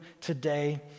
today